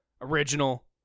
Original